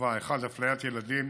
ילדים